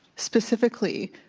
specifically,